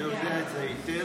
אתה יודע את זה היטב,